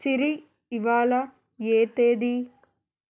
సిరి ఇవాళ ఏ తేదీ